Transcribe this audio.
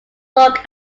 look